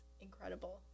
incredible